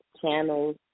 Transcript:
channels